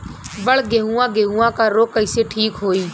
बड गेहूँवा गेहूँवा क रोग कईसे ठीक होई?